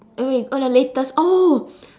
uh wait oh the latest oh